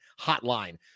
hotline